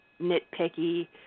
nitpicky